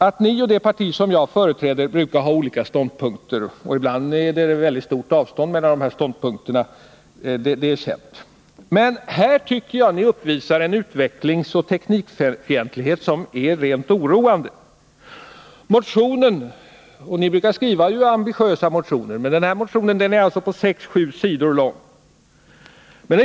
Att ni och det parti som jag företräder brukar ha olika ståndpunkter — och ibland är det väldigt stort avstånd mellan våra ståndpunkter — är känt. Men här tycker jag att ni uppvisar en utveckling så teknikfientlig att den är rent oroande. Ni brukar skriva ambitiösa motioner, och motionen 1855, som ni hänvisar till i motionen 1857, är på drygt fem sidor.